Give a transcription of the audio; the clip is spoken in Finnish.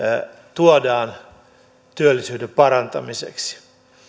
tuodaan työllisyyden parantamiseksi